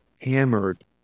hammered